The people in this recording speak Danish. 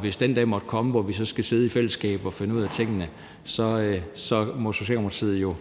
Hvis den dag måtte komme, hvor vi så skal sidde i fællesskab og finde ud af tingene, så må Socialdemokratiet jo